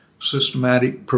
systematic